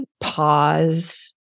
pause